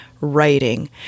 writing